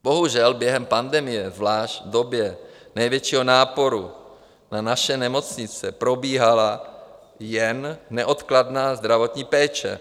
Bohužel během pandemie, zvlášť v době největšího náporu na naše nemocnice, probíhala jen neodkladná zdravotní péče.